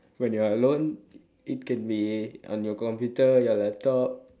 when you are alone it can be on your computer your laptop